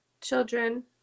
children